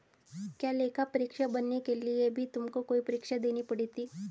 क्या लेखा परीक्षक बनने के लिए भी तुमको कोई परीक्षा देनी पड़ी थी?